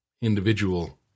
individual